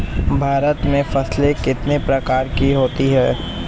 भारत में फसलें कितने प्रकार की होती हैं?